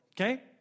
okay